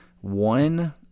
one